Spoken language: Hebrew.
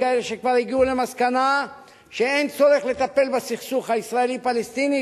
ויש כאלה שכבר הגיעו למסקנה שאין צורך לטפל בסכסוך הישראלי פלסטיני,